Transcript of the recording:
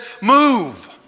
move